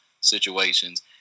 situations